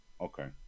Okay